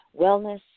wellness